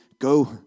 Go